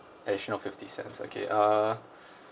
additional of fifty cents okay uh